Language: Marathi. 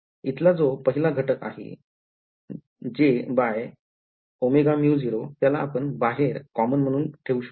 इथला जो पहिला घटक आहे jωμ0 त्याला आपण बाहेर कॉमन म्हणून ठेऊ शकतो